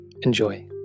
Enjoy